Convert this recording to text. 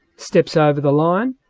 steps over the line,